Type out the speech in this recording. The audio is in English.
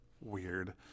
Weird